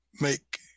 make